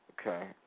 Okay